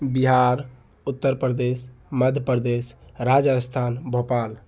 Bihar Uttar Pradesh Madhya Pradesh Rajasthan Bhopal